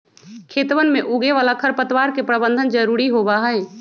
खेतवन में उगे वाला खरपतवार के प्रबंधन जरूरी होबा हई